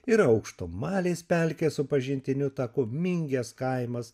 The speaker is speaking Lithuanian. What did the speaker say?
ir aukštų malės pelkės su pažintiniu taku mingės kaimas